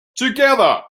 together